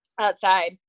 outside